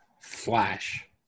flash